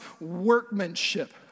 workmanship